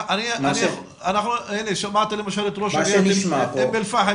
אני שמעתי את ראש עיריית אום אל פאחם